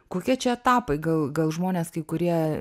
kokie čia etapai gal gal žmonės kai kurie